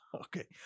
Okay